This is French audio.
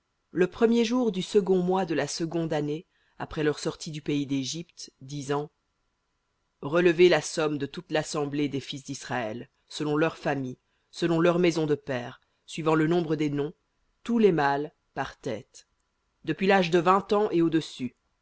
le premier du second mois de la seconde année après leur sortie du pays d'égypte disant relevez la somme de toute l'assemblée des fils d'israël selon leurs familles selon leurs maisons de pères suivant le nombre des noms tous les mâles par tête depuis l'âge de vingt ans et au-dessus